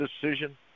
decision